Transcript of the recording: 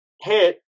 hit